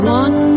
one